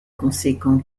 conséquent